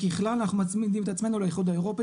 ככלל אנחנו מצמידים את עצמנו לאיחוד האירופי